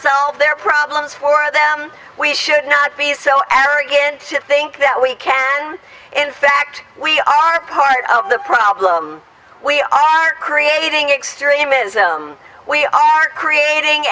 solve their problems for them we should not be so arrogant to think that we can in fact we are part of the problem we are creating extremism we are creating